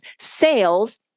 Sales